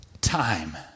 time